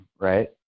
right